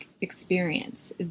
experience